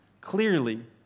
clearly